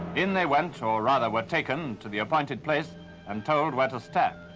in they went, or rather were taken, to the appointed place and told where to stand.